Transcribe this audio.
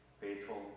faithful